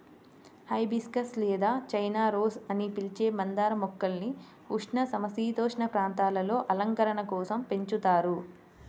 hibiscus లేదా China rose అని పిలిచే మందార మొక్కల్ని ఉష్ణ, సమసీతోష్ణ ప్రాంతాలలో అలంకరణ కోసం పెంచుతారు